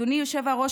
אדוני היושב-ראש,